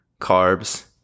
carbs